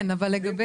אני אומר לחבריי